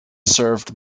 served